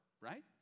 right